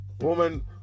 Woman